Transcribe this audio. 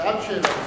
שאלת שאלה נוספת,